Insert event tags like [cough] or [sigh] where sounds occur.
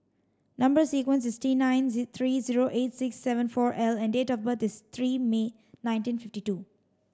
number sequence is T nine [unintelligible] three zero eight six seven four L and date of birth is three May nineteen fifty two